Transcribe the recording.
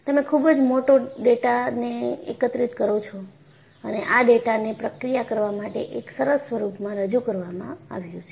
તમે ખુબ જ મોટો ડેટાને એકત્રિત કરો છો અને આ ડેટાને પ્રક્રિયા કરવા માટે એક સરસ સ્વરૂપમાં રજૂ કરવામાં આવ્યુ છે